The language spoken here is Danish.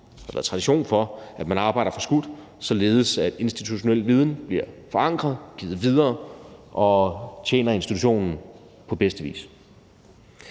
været tradition for, at man arbejder forskudt, således at institutionel viden bliver forankret, givet videre og tjener institutionen på bedste vis.